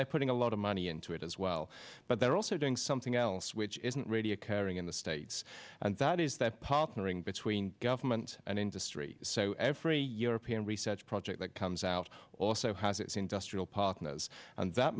they're putting a lot of money into it as well but they're also doing something else which isn't radio occurring in the states and that is that partnering between government and industry so every european research project that comes out also has its industrial park knows and that